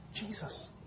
Jesus